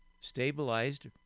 stabilized